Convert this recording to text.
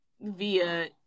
via